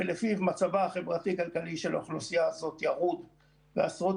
לפיו מצבה החברתי-כלכלי של אוכלוסייה הזאת ירוד ועשרות